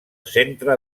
centre